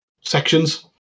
sections